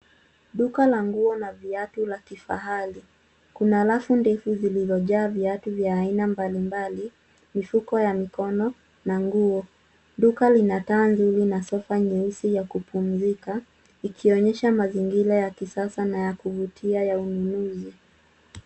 Duka la nguo na viatu la kifahari. Kuna rafu ndefu zilizoja viatu vya aina mbalimbali, mifuko ya mikono na nguo. Duka lina taa nzuri na sofa nyeusi ya kupumzika ikionyesha mazingira ya kisasa na ya kuvutia ya ununuzi.